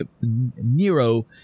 Nero